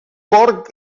porc